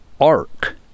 Ark